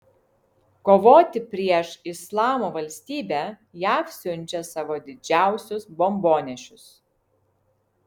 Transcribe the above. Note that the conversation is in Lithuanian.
kovoti prieš islamo valstybę jav siunčia savo didžiausius bombonešius